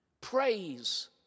Praise